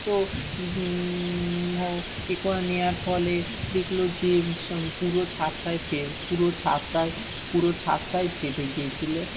তো এ কোণে নেওয়ার ফলে দেখলো যে পুরো ছাদটায় পুরো ছাদটায় পুরো ছাদটায় ফেটে গিয়েছিলো